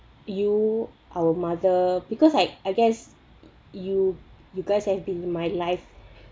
you our mother because I I guess you you guys have been my life